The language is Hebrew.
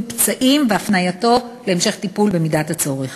פצעים והפנייתו להמשך טיפול במידת הצורך.